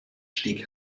stieg